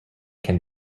can